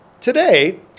Today